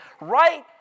right